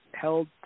held